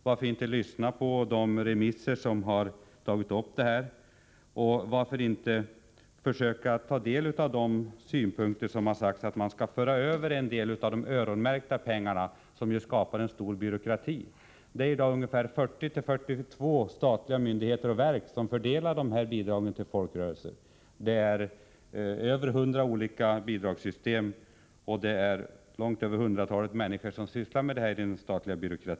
Varför inte lyssna till de remissinstanser som har tagit upp detta, och varför inte försöka ge akt på de synpunkter som säger att man skall föra över en del av de öronmärkta pengar som skapar stor byråkrati? I dag fördelar ungefär 40-42 statliga myndigheter och verk dessa bidragsmedel till folkrörelserna. Det finns mer än 100 olika bidragssystem, och långt mer än 100 människor inom den statliga byråkratin sysslar med detta.